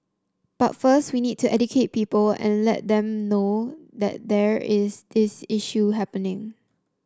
but first we need to educate people and let them know that there is this issue happening